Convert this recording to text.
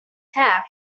have